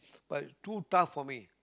but too tough for me